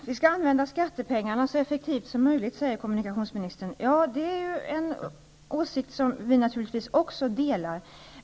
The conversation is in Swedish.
Herr talman! Kommunikationsministern säger att skattepengarna skall användas så effektivt som möjligt. Ja, det är en åsikt som vi naturligtvis också delar.